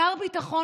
שר ביטחון,